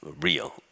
real